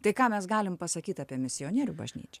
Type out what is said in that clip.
tai ką mes galim pasakyt apie misionierių bažnyčią